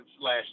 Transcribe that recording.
last